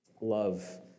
Love